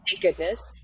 goodness